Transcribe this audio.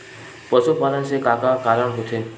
पशुपालन से का का कारण होथे?